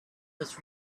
was